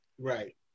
Right